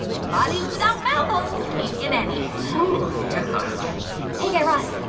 and bodies without mouth holes can't get any oh, yeah hey, guy raz,